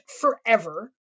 forever